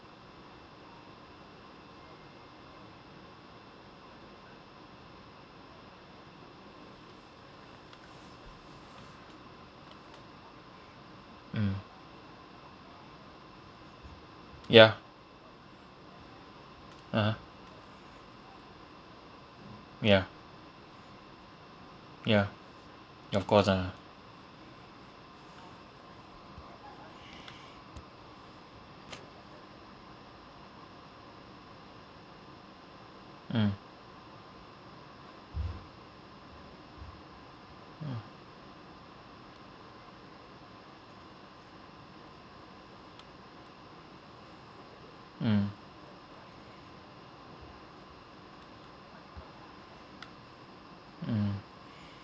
mm ya (uh huh) ya ya of course ah mm mm mm mm